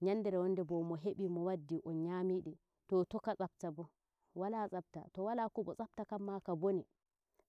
yandere wonde bo mo heɓi mo waddi on nyami mde to toka tsafta bo wala tsafta to wala kobo tsafta kan ma ka bone